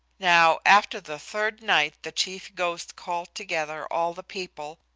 now, after the third night the chief ghost called together all the people,